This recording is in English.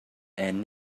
and